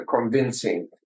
convincing